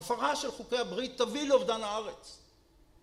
הפרה של חוקי הברית תביא לאובדן הארץ.